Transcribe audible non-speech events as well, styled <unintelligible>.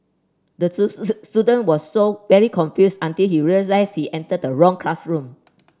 the <unintelligible> student was so very confused until he realised he entered the wrong classroom